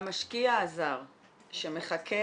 המשקיע הזר שמחכה,